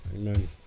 Amen